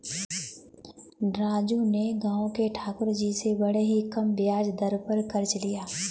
राजू ने गांव के ठाकुर जी से बड़े ही कम ब्याज दर पर कर्ज लिया